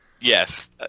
Yes